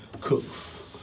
cooks